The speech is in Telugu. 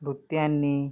నృత్యాన్ని